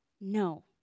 No